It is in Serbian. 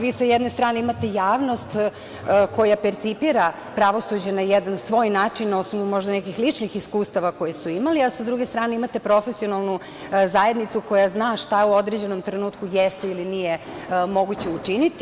Vi sa jedne strane imate javnost koja percipira pravosuđe na jedan svoj način, na osnovu možda nekih ličnih iskustava koje su imali, a sa druge strane imate profesionalnu zajednicu koja zna šta u određenom trenutku jeste ili nije moguće učiniti.